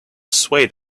swayed